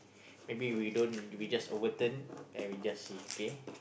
maybe we don't we just overturn and we just see okay